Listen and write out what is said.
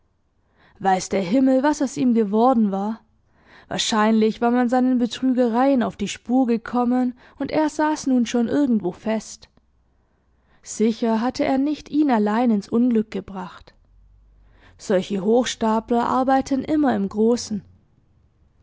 weiß der himmel was aus ihm geworden war wahrscheinlich war man seinen betrügereien auf die spur gekommen und er saß nun schon irgendwo fest sicher hatte er nicht ihn allein ins unglück gebracht solche hochstapler arbeiten immer im großen